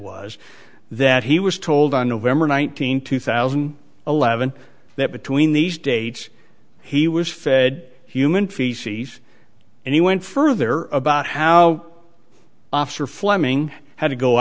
was that he was told on november nineteenth two thousand and eleven that between these dates he was fed human feces and he went further about how officer fleming had to go